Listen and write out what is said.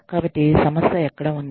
కాబట్టి సమస్య ఎక్కడ ఉంది